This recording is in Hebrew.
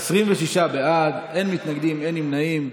26 בעד, אין מתנגדים, אין נמנעים.